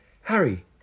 Harry